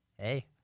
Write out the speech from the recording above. Hey